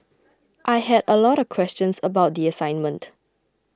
I had a lot of questions about the assignment